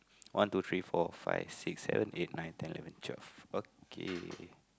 one two three four five six seven eight nine ten pictures okay